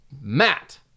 Matt